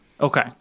Okay